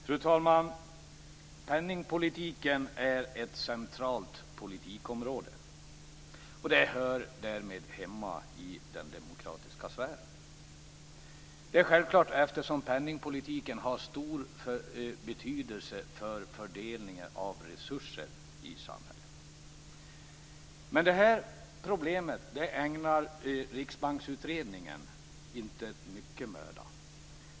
Fru talman! Penningpolitiken är ett centralt politikområde. Den hör därmed hemma i den demokratiska sfären. Det är självklart, eftersom penningpolitiken har stor betydelse för fördelningen av resurser i samhället. Det här problemet ägnar Riksbanksutredningen inte mycken möda.